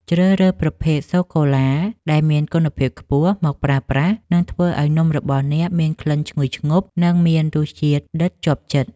ជ្រើសរើសប្រភេទសូកូឡាដែលមានគុណភាពខ្ពស់មកប្រើប្រាស់នឹងធ្វើឱ្យនំរបស់អ្នកមានក្លិនឈ្ងុយឈ្ងប់ និងមានរសជាតិដិតជាប់ចិត្ត។